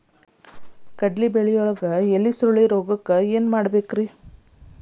ಕಡ್ಲಿ ಬೆಳಿಯಾಗ ಎಲಿ ಸುರುಳಿರೋಗಕ್ಕ ಏನ್ ಮಾಡಬೇಕ್ರಿ?